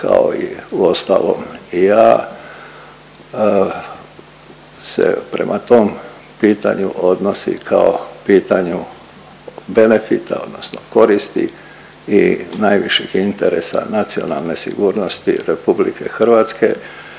kao i uostalom i ja se prema tom pitanju odnosi kao pitanju benefita, odnosno koristi i najviših interesa nacionalne sigurnosti RH za